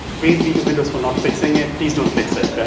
praise be to windows for not fixing it, please don't fix it.